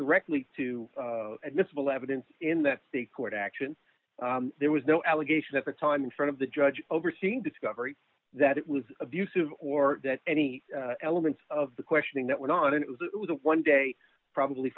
directly to admissible evidence in that the court action there was no allegation at the time in front of the judge overseeing discovery that it was abusive or any element of the questioning that went on it was it was a one day probably